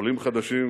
עולים חדשים,